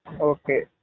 Okay